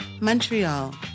Montreal